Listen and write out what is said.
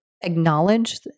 acknowledge